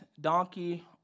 donkey